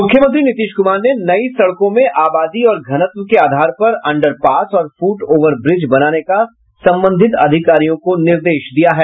मूख्यमंत्री नीतीश कुमार ने नई सड़कों में आबादी और घनत्व के आधार पर अंडर पास और फुट ओवर ब्रिज बनाने का संबंधित अधिकारियों को निर्देश दिया है